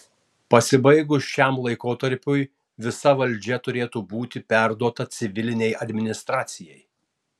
pasibaigus šiam laikotarpiui visa valdžia turėtų būti perduota civilinei administracijai